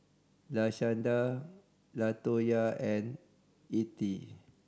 Lashanda Latonya and Ethie